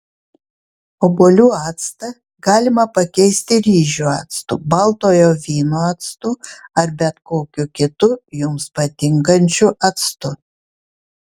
obuolių actą galima pakeisti ryžių actu baltojo vyno actu ar bet kokiu kitu jums patinkančiu actu